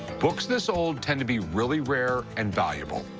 books this old tend to be really rare and valuable.